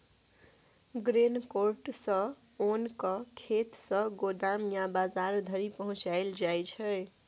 grain cart सँ ओन केँ खेत सँ गोदाम या बजार धरि पहुँचाएल जाइ छै